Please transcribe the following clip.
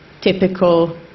typical